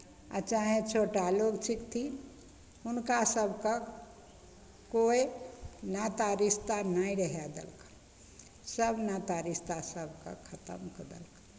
आ चाहे छोटा लोक छिकथिन हुनका सभके कोइ नाता रिश्ता नहि रहय देलकनि सभ नाता रिश्ता सभके खतम कऽ देलकनि